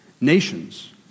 nations